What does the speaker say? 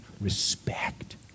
respect